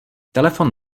telefon